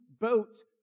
boats